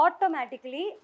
Automatically